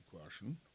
question